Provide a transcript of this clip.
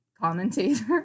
commentator